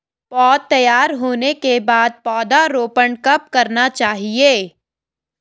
पौध तैयार होने के बाद पौधा रोपण कब करना चाहिए?